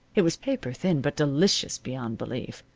it was paper-thin, but delicious beyond belief.